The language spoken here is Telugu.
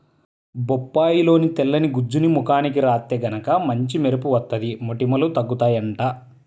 బొప్పాయిలోని తెల్లని గుజ్జుని ముఖానికి రాత్తే గనక మంచి మెరుపు వత్తది, మొటిమలూ తగ్గుతయ్యంట